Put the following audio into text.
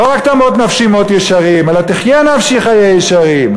לא רק "תמֹת נפשי מות ישרים" אלא תחיה נפשי חיי ישרים.